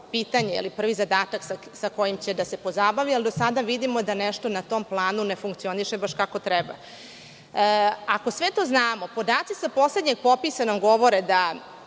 pitanje, prvi zadatak sa kojim će da se pozabavi. Do sada vidimo da nešto na tom planu ne funkcioniše kako treba. Ako sve to znamo podaci sa poslednjeg popisa nam govore da